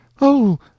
Oh